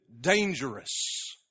dangerous